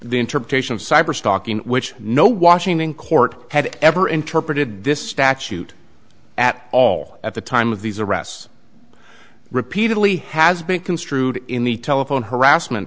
the interpretation of cyberstalking which no washington court had ever interpreted this statute at all at the time of these arrests repeatedly has been construed in the telephone harassment